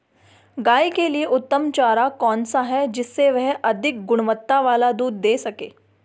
गाय के लिए उत्तम चारा कौन सा है जिससे वह अधिक गुणवत्ता वाला दूध दें सके?